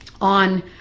on